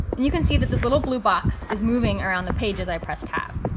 and you can see that this little blue box is moving around the page as i press tab.